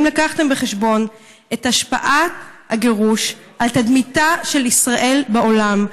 לקחתם בחשבון את השפעת הגירוש על תדמיתה של ישראל בעולם?